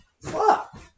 Fuck